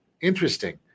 Interesting